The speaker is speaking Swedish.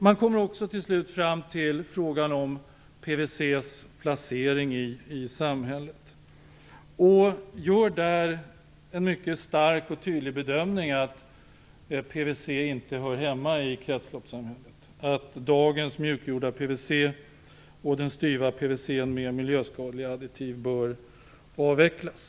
Utskottet kommer till slut fram till frågan om PVC:s placering i samhället, och man gör där en mycket stark och tydlig bedömning, nämligen att PVC inte hör hemma i kretsloppssamhället, att dagens mjukgjorda PVC och styv PVC med miljöskadliga additiv bör avvecklas.